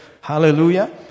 Hallelujah